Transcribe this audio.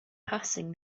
passing